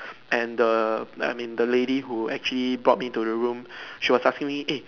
and the I mean the lady who actually brought me to the room she was asking me eh